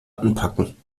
anpacken